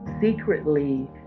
secretly